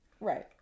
Right